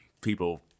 People